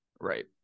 Right